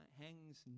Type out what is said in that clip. hangs